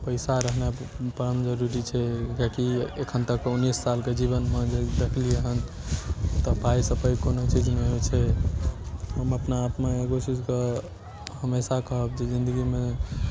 पैसा रहनाइ परम जरूरी छै किएक कि एखन तक उन्नैस सालके जीवनमे जे देखलियै हँ तऽ पाइसँ पैघ कोनो चीज नहि होइ छै हम अपना आपमे एगो चीजके हमेशा कहब जे जिन्दगीमे